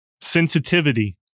sensitivity